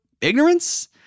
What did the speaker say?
ignorance